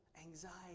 anxiety